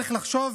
צריך לחשוב